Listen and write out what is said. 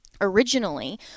Originally